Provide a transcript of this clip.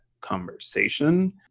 conversation